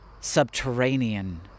subterranean